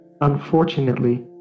Unfortunately